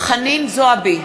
חנין זועבי,